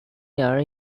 year